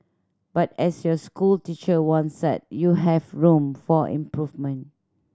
but as your school teacher once said you have room for improvement